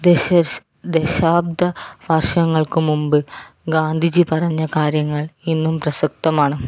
ദശാബ്ദ വർഷങ്ങൾക്കു മുമ്പ് ഗാന്ധിജി പറഞ്ഞ കാര്യങ്ങൾ ഇന്നും പ്രസക്തമാണ്